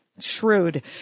shrewd